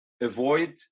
avoid